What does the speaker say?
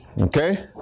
Okay